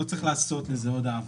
לא צריך לעשות לזה עוד העברה.